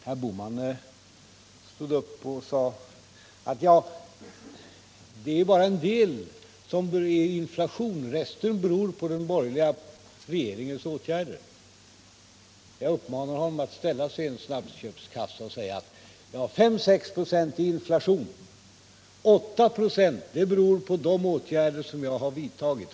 Herr Bohman stod upp och sade att kostnadsstegringarna bara till en del är inflation, resten beror på den borgerliga regeringens åtgärder. Jag uppmanar honom att ställa sig i en snabbköpskassa och säga: ”5—6 26 är på inflationen — 8 26 beror på de åtgärder som jag har vidtagit.